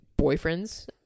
boyfriends